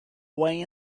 way